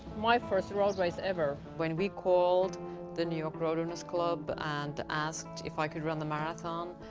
my first road race ever. when we called the new york road runners club and asked if i could run the marathon,